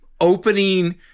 opening